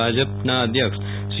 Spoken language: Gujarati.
ભાજપા અધ્યક્ષ સી